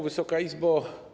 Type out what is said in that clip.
Wysoka Izbo!